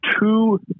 two